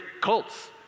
cults